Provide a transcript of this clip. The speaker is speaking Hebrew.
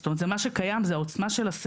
זאת אומרת זה מה שקיים, זה העוצמה של הסערות.